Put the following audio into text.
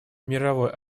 мировой